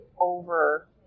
over